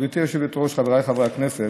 גברתי היושבת-ראש, חבריי חברי הכנסת,